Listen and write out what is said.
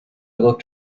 looked